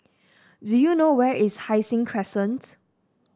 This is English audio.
do you know where is Hai Sing Crescent